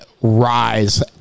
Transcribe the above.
rise